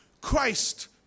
Christ